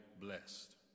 blessed